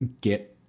get